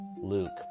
Luke